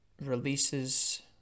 releases